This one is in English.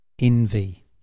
envy